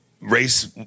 race